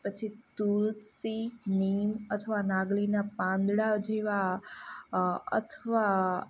પછી તુલસી નિમ અથવા નાગલીના પાંદડા જેવા અથવા